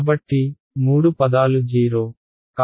కాబట్టి మూడు పదాలు 0